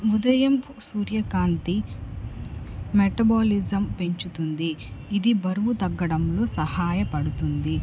ఉదయం సూర్యకాంతి మెటబోలిజం పెంచుతుంది ఇది బరువు తగ్గడంలో సహాయపడుతుంది